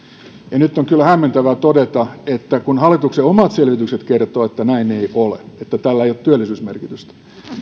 ja nyt on kyllä hämmentävää todeta että kun hallituksen omat selvitykset kertovat että näin ei ole että tällä ei ole työllisyysmerkitystä